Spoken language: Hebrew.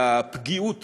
והפגיעוּת